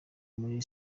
muri